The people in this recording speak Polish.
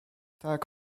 tak